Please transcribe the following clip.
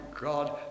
God